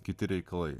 kiti reikalai